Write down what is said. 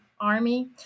Army